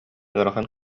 ыарахан